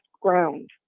ground